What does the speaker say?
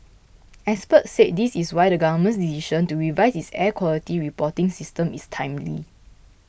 experts said this is why the Government's decision to revise its air quality reporting system is timely